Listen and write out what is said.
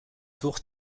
tour